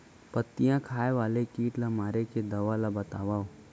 पत्तियां खाए वाले किट ला मारे के दवा ला बतावव?